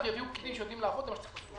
זה מה שצריך לעשות.